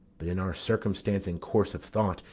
but in our circumstance and course of thought,